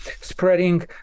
spreading